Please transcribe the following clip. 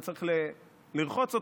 אני צריך לרחוץ אותך.